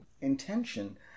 intention